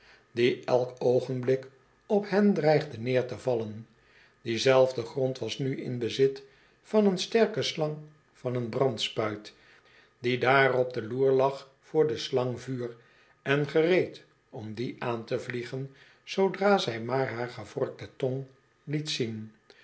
die elk oogenblik op hen dreigde neer te vallen diezelfde grond was nu in bezit van een sterke slang van een brandspuit die daar op de loer lag voor de slang vuur en gereed om die aan te vliegen zoodra zij maar haar gevorkte tong liet zien